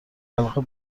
حلقه